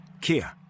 Kia